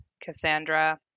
Cassandra